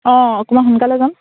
অঁ অকমান সোনকালে যাম